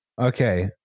Okay